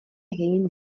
egin